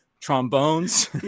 trombones